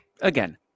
Again